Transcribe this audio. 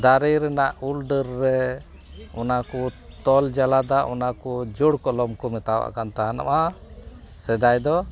ᱫᱟᱨᱮ ᱨᱮᱱᱟᱜ ᱩᱞ ᱰᱟᱹᱨ ᱨᱮ ᱚᱱᱟᱠᱚ ᱛᱚᱞ ᱡᱟᱞᱟᱫᱟ ᱚᱱᱟᱠᱚ ᱡᱳᱲ ᱠᱚᱞᱚᱢᱠᱚ ᱢᱮᱛᱟᱣᱟᱜ ᱠᱟᱱ ᱛᱟᱦᱮᱱᱚᱜᱼᱟ ᱥᱮᱫᱟᱭᱫᱚ